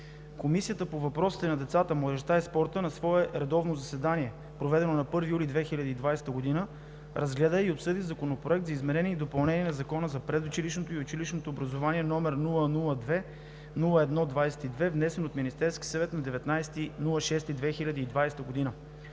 Комисията по въпросите на децата, младежта и спорта на свое редовно заседание, проведено на 1 юли 2020 г., разгледа и обсъди Законопроект за изменение и допълнение на Закона за предучилищното и училищното образование, № 002-01-22, внесен от Министерския съвет на 19 юни 2020 г.